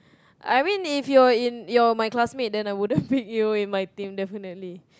I mean if you are my classmate then I wouldn't pick you in my team